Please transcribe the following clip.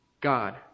God